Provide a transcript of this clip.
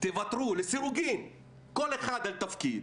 תוותרו לסירוגין כל אחד על תפקיד,